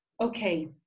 okay